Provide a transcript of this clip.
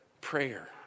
prayer